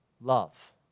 love